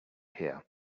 here